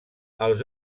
els